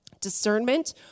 discernment